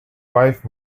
wife